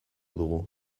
dugu